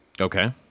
Okay